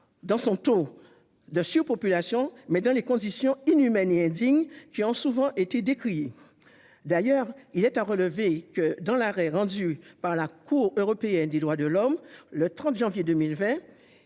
dans son taux de suroccupation que dans les conditions indignes et inhumaines de détention, qui ont souvent été décriées. D'ailleurs, il est à relever que, dans l'arrêt rendu par la Cour européenne des droits de l'homme le 30 janvier 2020